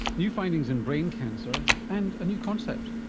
new findings in brain cancer and a new concept,